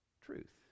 truth